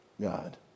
God